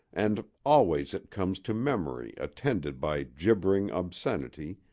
and always it comes to memory attended by gibbering obscenity,